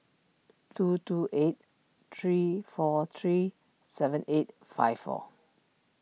two two eight three four three seven eight five four